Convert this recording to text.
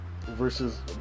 versus